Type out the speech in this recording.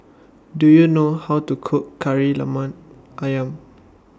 Do YOU know How to Cook Kari Lemak Ayam